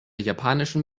japanischen